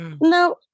No